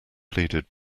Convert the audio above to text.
pleaded